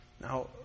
Now